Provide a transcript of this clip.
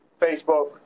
Facebook